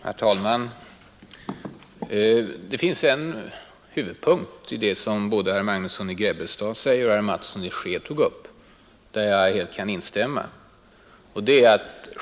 Herr talman! Det finns en huvudpunkt i det som herr Magnusson i Grebbestad sade och som herr Mattsson i Skee tog upp där jag kan helt instämma.